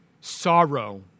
sorrow